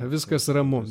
viskas ramu